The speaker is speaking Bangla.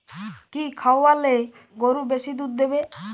কি খাওয়ালে গরু বেশি দুধ দেবে?